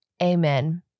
Amen